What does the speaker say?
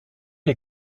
les